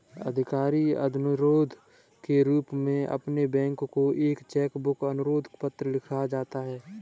आधिकारिक अनुरोध के रूप में आपके बैंक को एक चेक बुक अनुरोध पत्र लिखा जाता है